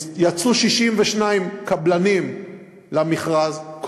יצאו 62 קבלנים למכרז,